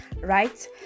right